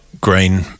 green